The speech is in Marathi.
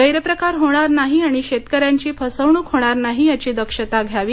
गैरप्रकार होणार नाही आणि शेतक यांची फसवणूक होणार नाही याची दक्षता घ्यावी